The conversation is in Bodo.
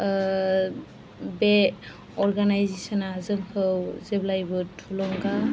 बे अरगानाइजेसन आ जोंखौ जेब्लाबो थुलुंगा